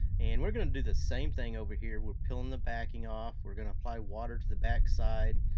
and we're gonna to to the same thing over here. we're peeling the backing off, we're gonna apply water to the back side,